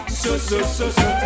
so-so-so-so